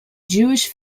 jewish